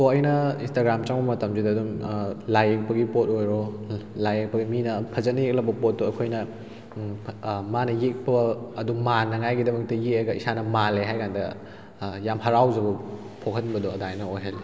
ꯀꯣꯛ ꯑꯩꯅ ꯏꯟꯁꯇꯥꯒ꯭ꯔꯥꯝ ꯆꯪꯉꯨ ꯃꯇꯝꯁꯤꯗ ꯑꯗꯨꯝ ꯂꯥꯏ ꯌꯦꯛꯄꯒꯤ ꯄꯣꯠ ꯑꯣꯏꯔꯣ ꯂꯥꯏ ꯌꯦꯛꯄ ꯃꯤꯅ ꯐꯖꯅ ꯌꯦꯛꯂꯛꯄ ꯄꯣꯠꯇꯣ ꯑꯩꯈꯣꯏꯅ ꯃꯥꯅ ꯌꯦꯛꯄ ꯑꯗꯨ ꯃꯥꯟꯅꯉꯥꯏꯒꯤꯗꯃꯛꯇ ꯌꯦꯛꯂꯒ ꯏꯁꯥꯅ ꯃꯥꯜꯂꯦ ꯍꯥꯏ ꯀꯥꯟꯗ ꯌꯥꯝ ꯍꯔꯥꯎꯖꯕ ꯄꯣꯛꯍꯟꯕꯗꯣ ꯑꯗꯨꯃꯥꯏꯅ ꯑꯣꯏꯍꯜꯂꯤ